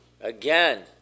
again